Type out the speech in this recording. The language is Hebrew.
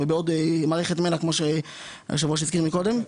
מערכת מנ"ע כמו שהיושב-ראש הזכיר מקודם,